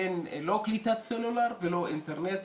לא קליטת סלולר ולא אינטרנט,